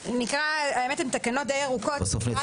הן תקנות די ארוכות - נקרא